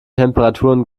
temperaturen